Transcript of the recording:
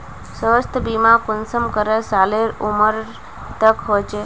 स्वास्थ्य बीमा कुंसम करे सालेर उमर तक होचए?